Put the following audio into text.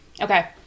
Okay